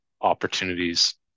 opportunities